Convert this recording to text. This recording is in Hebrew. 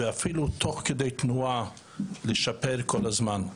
אפילו תוך כדי תנועה לשפר כל הזמן.